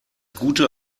gute